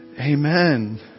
Amen